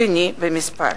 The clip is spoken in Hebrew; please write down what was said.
שני במספר.